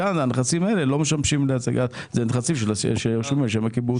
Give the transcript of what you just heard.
כאן הנכסים האלה לא משמשים ואלה נכסים שרשומים על שם הקיבוץ.